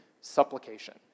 supplication